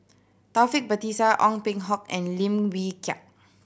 Taufik Batisah Ong Peng Hock and Lim Wee Kiak